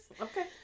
Okay